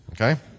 okay